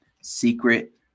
secret